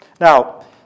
Now